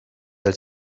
els